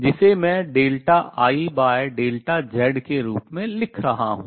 जिसे मैं IZ के रूप में लिख रहा हूँ